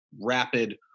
rapid